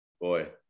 Boy